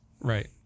right